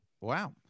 wow